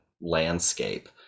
landscape